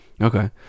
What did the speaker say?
Okay